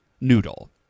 noodle